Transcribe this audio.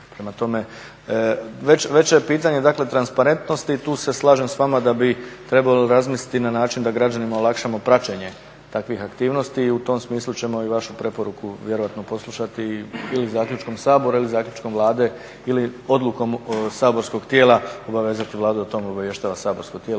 Prema tome, veće je pitanje dakle transparentnosti i tu se slažem s vama da bi trebalo razmisliti na način da građanima olakšamo praćenje takvih aktivnosti i u tom smislu ćemo i vašu preporuku vjerojatno poslušati ili zaključkom Sabora ili zaključkom Vlade ili odlukom saborskog tijela obavezati Vladu da o tome obavještava saborsko tijelo.